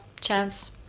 chance